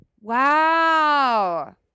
wow